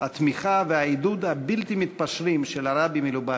והתמיכה והעידוד הבלתי-מתפשרים של הרבי מלובביץ',